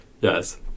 Yes